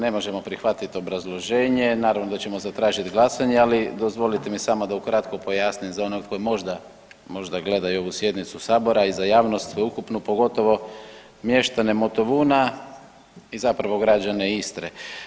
Ne, ne možemo prihvatiti obrazloženje, naravno da ćemo zatražit glasanje, ali dozvolite mi samo da ukratko pojasnim za one koji možda, možda gledaju ovu sjednicu sabora i za javnost sveukupnu pogotovo mještane Motovuna i zapravo građane Istre.